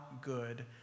good